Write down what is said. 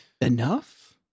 enough